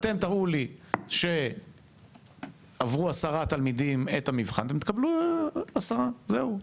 אתם תראו לי ש-10 תלמידים עברו את המבחן ותקבלו 10. זהו.